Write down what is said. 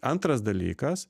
antras dalykas